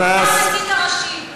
אתה המסית הראשי.